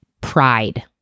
pride